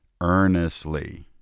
earnestly